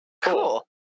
Cool